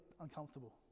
uncomfortable